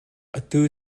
atu